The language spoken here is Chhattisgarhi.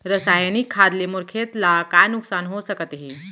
रसायनिक खाद ले मोर खेत ला का नुकसान हो सकत हे?